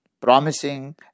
promising